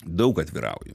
daug atvirauju